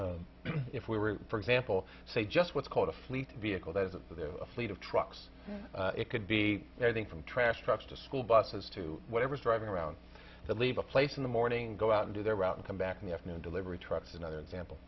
if we were for example say just what's called a fleet vehicle that with a fleet of trucks it could be their thing from trash trucks to school buses to whatever's driving around that leave a place in the morning go out and do their route and come back in the afternoon delivery trucks another example